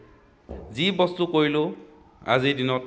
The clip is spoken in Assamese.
যি বস্তু কৰিলেও আজিৰ দিনত